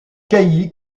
cailly